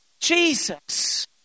Jesus